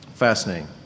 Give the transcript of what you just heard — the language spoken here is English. fascinating